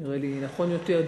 נראה לי נכון יותר.